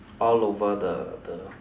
all over the the